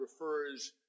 refers